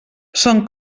són